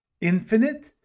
infinite